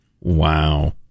Wow